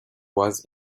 was